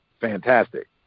fantastic